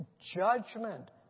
judgment